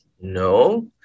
No